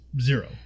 Zero